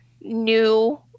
new